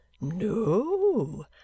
No